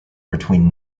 between